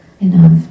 enough